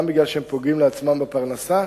גם בגלל שהם פוגעים לעצמם בפרנסה,